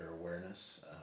awareness